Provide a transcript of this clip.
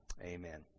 amen